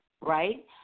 right